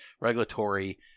regulatory